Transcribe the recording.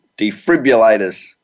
defibrillators